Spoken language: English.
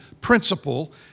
principle